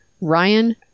Ryan